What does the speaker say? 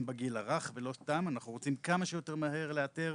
בגיל הרך ואותם אנחנו רוצים כמה שיותר מהר לאתר.